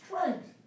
strength